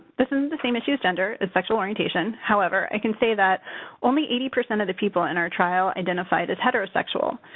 this isn't the same issue as gender it's sexual orientation. however, i can say that only eighty percent of the people in our trial identified as heterosexual,